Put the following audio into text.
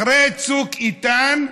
אחרי צוק איתן,